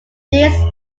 these